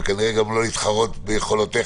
וכנראה גם לא להתחרות ביכולותיך.